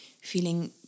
feeling